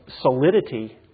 solidity